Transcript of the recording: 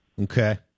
Okay